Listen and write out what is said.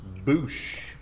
Boosh